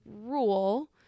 rule